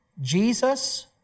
Jesus